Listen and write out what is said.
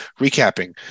recapping